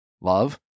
love